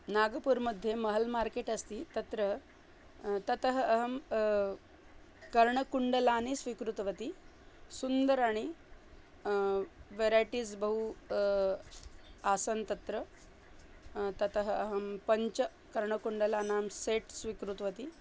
नागपुर्मध्ये Mahal market अस्ति तत्र ततः अहं कर्णकुण्डलानि स्वीकृतवती सुन्दराणि वेरैटीस् बहु आसन् तत्र ततः अहं पञ्च कर्णकुण्डलानां सेट् स्वीकृतवती